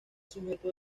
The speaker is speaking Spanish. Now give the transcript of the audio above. sujeto